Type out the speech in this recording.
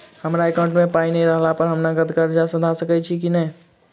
हमरा एकाउंट मे पाई नै रहला पर हम नगद कर्जा सधा सकैत छी नै?